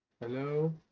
hello